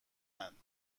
اند